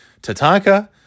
Tatanka